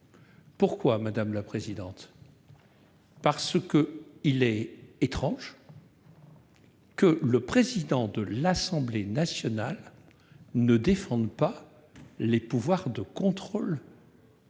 Pourquoi ? Parce qu'il est étrange que le président de l'Assemblée nationale ne défende pas les pouvoirs de contrôle